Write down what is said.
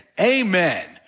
amen